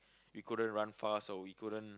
we couldn't run fast or we couldn't